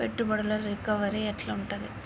పెట్టుబడుల రికవరీ ఎట్ల ఉంటది?